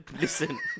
listen